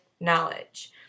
knowledge